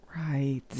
Right